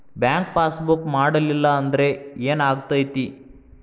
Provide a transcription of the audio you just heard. Bank passbook ಮಾಡಲಿಲ್ಲ ಅಂದ್ರೆ ಏನ್ ಆಗ್ತೈತಿ?